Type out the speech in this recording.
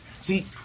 See